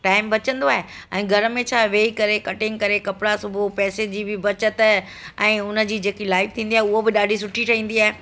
time बचंदो आहे ऐं घर में छा आहे वेही करे कटिंग करे कपिड़ा सिबी पैसनि जी बि बचति ऐं हुन जी जेकी लाइफ थींदी आहे उहा बि ॾाढी सुठी ठहंदी आहे